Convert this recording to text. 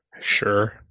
Sure